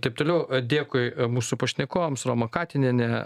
taip toliau dėkui mūsų pašnekovams roma katinienė